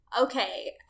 Okay